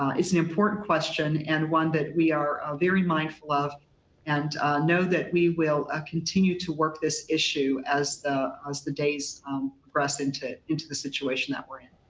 it's an important question and one that we are very mindful of and know that we will ah continue to work this issue as the as the days progress into into the situation that we're in.